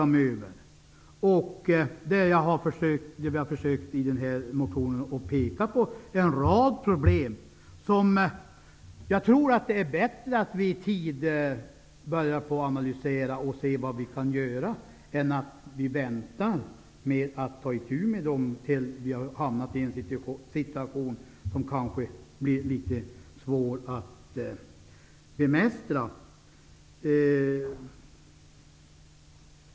Vi har i motionen pekat på en rad problem, som det är bäst att börja analysera i tid för att se vad som kan göras. Om man väntar med att ta itu med problemen kan situationen vara svår att bemästra.